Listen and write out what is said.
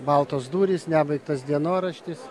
baltos durys nebaigtas dienoraštis